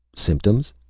symptoms?